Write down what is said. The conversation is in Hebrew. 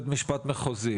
המלחמה באוקראינה.